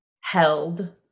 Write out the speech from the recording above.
held